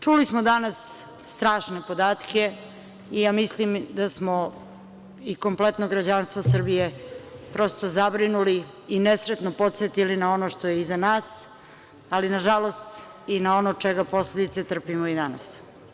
Čuli smo danas strašne podatke i ja mislim da smo i kompletno građanstvo Srbije prosto zabrinuli i nesretno podsetili na ono što je iza nas, ali, nažalost, i na ono od čega posledice trpimo i danas.